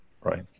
right